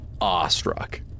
awestruck